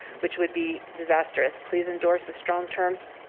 which would be disastrous, please endorse a strong terms